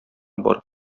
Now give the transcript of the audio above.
барып